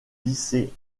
lycée